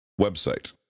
website